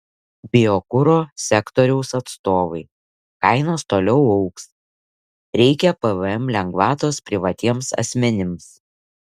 biokuro sektoriaus atstovai kainos toliau augs reikia pvm lengvatos privatiems asmenims